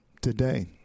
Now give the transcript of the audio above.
today